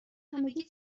همگی